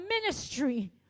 ministry